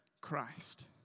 Christ